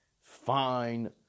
fine